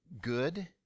good